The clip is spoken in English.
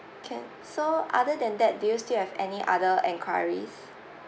can so other than that do you still have any other enquiries